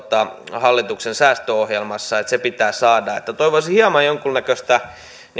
hallituksen säästöohjelmassa että se pitää saada toivoisin hieman jonkunnäköistä